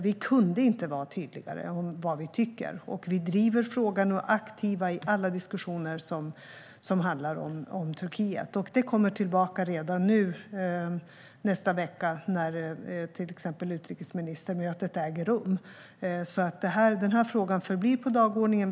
Vi skulle inte kunna vara tydligare med vad vi tycker, och vi driver frågan och är aktiva i alla diskussioner som handlar om Turkiet. Det kommer att ske igen redan nästa vecka när utrikesministermötet äger rum. Den här frågan förblir på dagordningen.